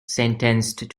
sentenced